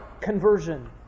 conversion